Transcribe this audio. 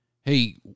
Hey